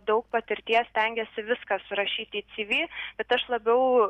daug patirties stengiasi viską surašyti į cv bet aš labiau